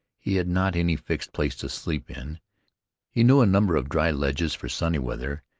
he had not any fixed place to sleep in he knew a number of dry ledges for sunny weather,